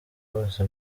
hose